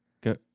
Go